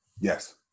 Yes